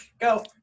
go